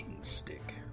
stick